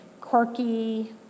quirky